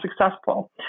successful